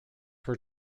were